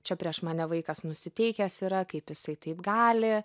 čia prieš mane vaikas nusiteikęs yra kaip jisai taip gali